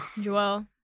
Joel